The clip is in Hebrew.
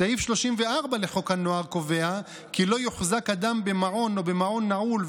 סעיף 34 לחוק הנוער קובע כי לא יוחזק אדם במעון או במעון נעול,